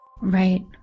Right